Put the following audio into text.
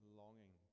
longing